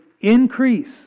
increase